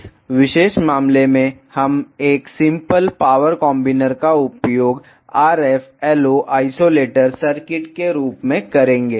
इस विशेष मामले में हम एक सिंपल पावर कॉम्बिनर का उपयोग RF LO आइसोलेटर सर्किट के रूप में करेंगे